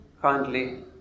kindly